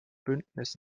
bündnis